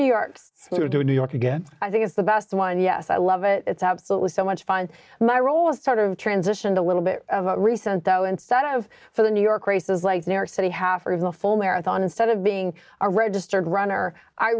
doing new york again i think it's the best one yes i love it it's absolutely so much find my role is sort of transition to a little bit of a recent though instead of for the new york races like new york city half or even a full marathon instead of being a registered runner i